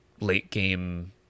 late-game